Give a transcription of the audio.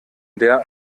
der